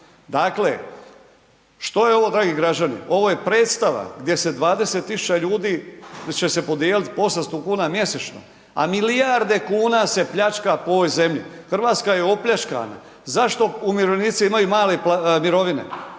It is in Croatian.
Dakle, što je ovo dragi građani? Ovo je predstava gdje se 20 000 ljudi, gdje će se podijeliti po 800 kuna mjesečno, a milijarde kuna se pljačka po ovoj zemlji. Hrvatska je opljačkana, zašto umirovljenici imaju male mirovine?